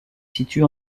situe